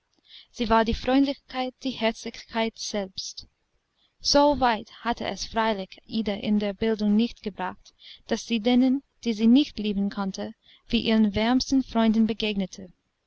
sie war die freundlichkeit die herzlichkeit selbst so weit hatte es freilich ida in der bildung nicht gebracht daß sie denen die sie nicht lieben konnte wie ihren wärmsten freunden begegnete